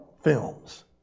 films